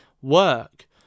work